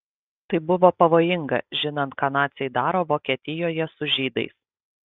tai buvo pavojinga žinant ką naciai daro vokietijoje su žydais